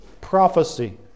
prophecy